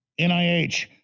NIH